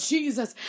Jesus